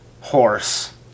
horse